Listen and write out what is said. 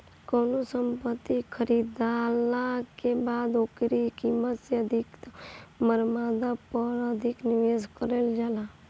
कवनो संपत्ति खरीदाला के बाद ओकरी कीमत से अधिका मरम्मत पअ अधिका निवेश कईल जाला